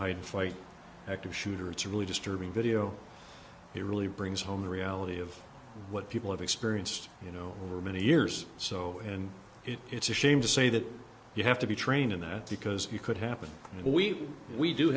hide fight active shooter it's a really disturbing video he really brings home the reality of what people have experienced you know for many years so in it it's a shame to say that you have to be trained in that because you could happen we we do